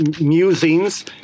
musings